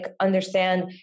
understand